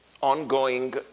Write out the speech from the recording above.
ongoing